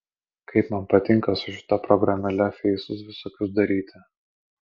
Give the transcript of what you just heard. kaip man patinka su šita programėle feisus visokius daryti